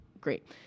Great